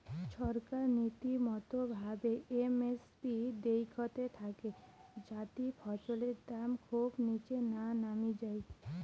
ছরকার রীতিমতো ভাবে এম এস পি দেইখতে থাকে যাতি ফছলের দাম খুব নিচে না নামি যাই